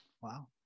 Wow